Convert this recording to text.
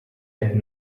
had